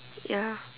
ya